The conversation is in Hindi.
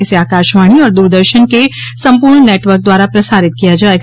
इसे आकाशवाणी और दूरदर्शन के संपूर्ण नेटवर्क द्वारा प्रसारित किया जायेगा